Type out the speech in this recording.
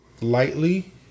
lightly